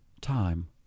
time